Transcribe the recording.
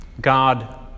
God